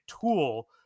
tool